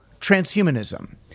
transhumanism